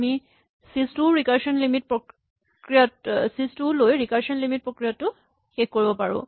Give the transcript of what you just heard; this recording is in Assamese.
আমি ছিছ টোও লৈ ৰিকাৰছন লিমিট প্ৰক্ৰিয়াটো শেষ কৰো